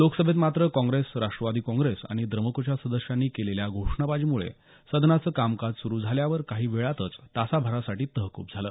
लोकसभेत मात्र काँग्रेस राष्ट्रवादी काँग्रेस आणि स्ट्रमुकच्या सदस्यांनी केलेल्या घोषणाबाजीमुळे सदनाचं कामकाज सुरु झाल्यावर काही वेळातच तासाभरासाठी तहकूब झालं